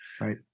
right